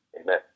amen